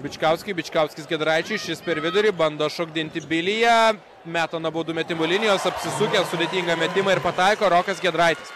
bičkauskiui bičkauskis giedraičiui šis per vidurį bando šokdinti biliją meta nuo baudų metimų linijos apsisukęs sudėtingą metimą ir pataiko rokas giedraitis